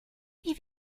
wie